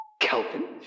Kelvin